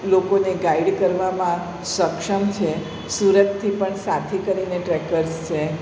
લોકોને ગાઈડ કરવામાં સક્ષમ છે સુરતથી પણ સાથી કરીને ટ્રેકર્સ છે